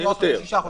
אלא לשישה חודשים.